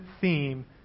theme